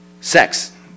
sex